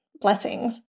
blessings